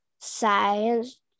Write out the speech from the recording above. science